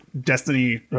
Destiny